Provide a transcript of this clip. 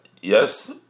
yes